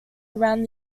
around